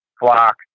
flock